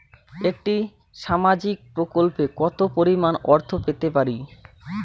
একটি সামাজিক প্রকল্পে কতো পরিমাণ অর্থ পেতে পারি?